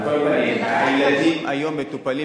על כל פנים, הילדים היום מטופלים